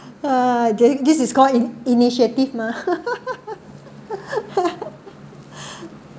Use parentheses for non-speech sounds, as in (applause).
ha th~ this is called in~ initiative mah (laughs)